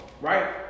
Right